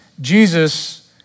Jesus